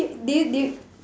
did you do